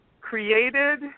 created